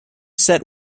set